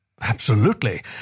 Absolutely